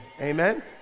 Amen